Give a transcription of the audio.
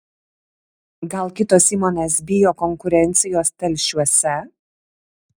gal kitos įmonės bijo konkurencijos telšiuose